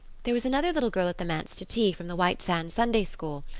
there was another little girl at the manse to tea, from the white sands sunday school.